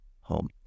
home